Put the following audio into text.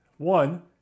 One